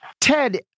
Ted